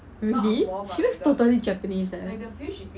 really she looks totally japanese leh